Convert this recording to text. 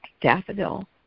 daffodil